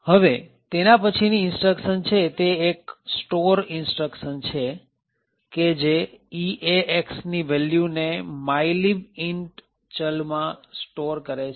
હવે તેના પછીની instruction છે તે એક store instruction છે કે જે EAXની વેલ્યુ ને mylib int ચલ માં સ્ટોર કરે છે